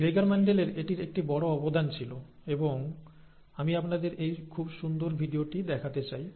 Gregor মেন্ডেলের এটির একটি বড় অবদান ছিল এবং আমি আপনাদের এই খুব সুন্দর ভিডিওটি দেখাতে চাই